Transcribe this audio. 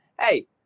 hey